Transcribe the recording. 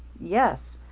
yes.